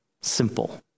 simple